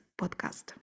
podcast